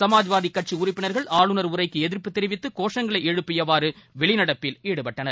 சமாஜ்வாதி கட்சி உறுப்பினர்கள் ஆளுநர் உரைக்கு எதிர்ப்பு தெரிவித்து கோஷ்ங்களை எழுப்பியவாறு வெளிநடப்பில் ஈடுபட்டனர்